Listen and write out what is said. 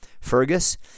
Fergus